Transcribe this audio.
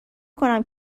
کنم